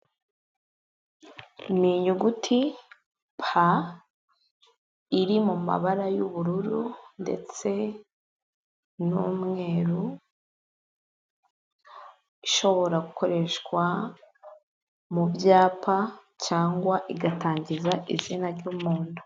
Ni inyuguti pa iri mu mabara y'ubururu ndetse n'umweru ishobora gukoreshwa mu byapa cyangwa igatangiza izina ry'umuntu.